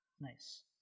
nice